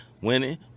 winning